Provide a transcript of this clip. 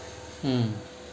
mm